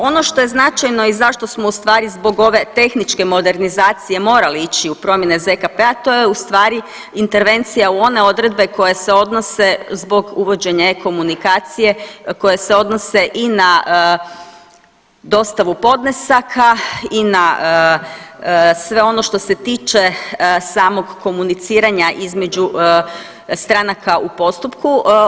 Ono što je značajno i zašto smo ustvari zbog ove tehničke modernizacije morali ići u promjene ZKP-a, to je ustvari intervencija u one odredbe koje se odnose zbog uvođenja e-komunikacije koje se odnose i na dostavu podnesaka i na sve ono što se tiče samog komuniciranja između stranaka u postupku.